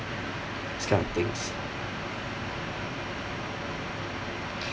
this kind of things